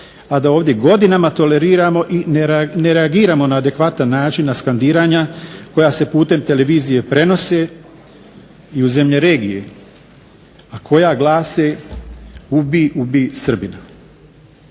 a da ovdje godinama toleriramo i ne reagiramo na adekvatan način na skandiranja koja se putem televizije prenose i u zemlje regije, a koja glase "Ubij, ubij Srbina".